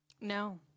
No